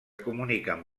comuniquen